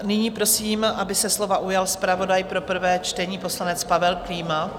Nyní prosím, aby se slova ujal zpravodaj pro prvé čtení, poslanec Pavel Klíma.